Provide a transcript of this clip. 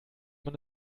man